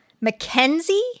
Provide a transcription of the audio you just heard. Mackenzie